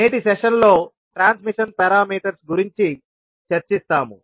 నేటి సెషన్లో transmission parameters గురించి చర్చిస్తాము